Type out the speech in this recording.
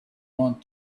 want